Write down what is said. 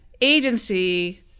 agency